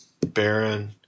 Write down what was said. Baron